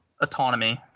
autonomy